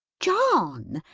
john!